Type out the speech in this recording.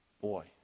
Boy